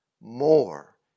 more